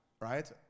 Right